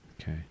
Okay